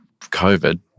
COVID